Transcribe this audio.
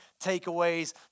takeaways